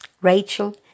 Rachel